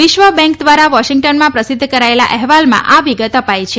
વિશ્વ બેંક દ્વારા વોશિંગ્ટનમાં પ્રસિદ્ધ કરાયેલા અહેવાલમાં આ વિગત અપાઈ છે